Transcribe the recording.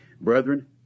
Brethren